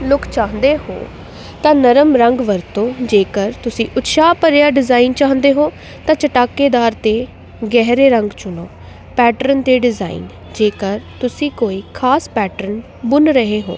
ਲੁਕ ਜਾਂਦੇ ਹੋ ਤਾਂ ਨਰਮ ਰੰਗ ਵਰਤੋ ਜੇਕਰ ਤੁਸੀਂ ਉਤਸ਼ਾਹ ਭਰਿਆ ਡਿਜ਼ਾਈਨ ਚਾਹੁੰਦੇ ਹੋ ਤਾਂ ਚਟਾਕੇਦਾਰ ਅਤੇ ਗਹਿਰੇ ਰੰਗ ਚੁਣੋ ਪੈਟਰਨ ਦੇ ਡਿਜ਼ਾਇਨ ਜੇਕਰ ਤੁਸੀਂ ਕੋਈ ਖਾਸ ਪੈਟਰਲ ਬੁਣ ਰਹੇ ਹੋ